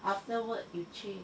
after work you change